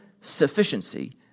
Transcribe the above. sufficiency